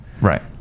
Right